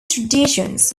traditions